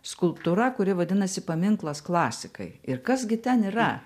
skulptūra kuri vadinasi paminklas klasikai ir kas gi ten yra